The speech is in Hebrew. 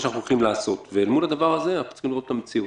שאנחנו הולכים לעשות ומול הדבר הזה אנחנו צריכים לראות את המציאות.